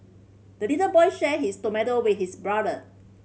the little boy shared his tomato with his brother